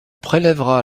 prélèvera